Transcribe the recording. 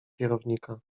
kierownika